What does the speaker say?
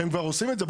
הם כבר עושים את זה.